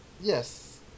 Yes